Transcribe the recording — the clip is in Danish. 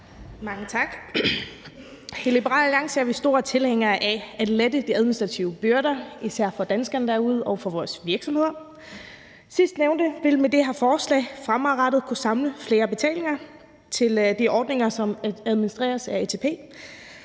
Mange tak. I Liberal Alliance er vi store tilhængere af at lette de administrative byrder, især for danskerne derude og for vores virksomheder. Sidstnævnte vil med det her forslag fremadrettet kunne samle flere betalinger til de ordninger, som administreres af ATP.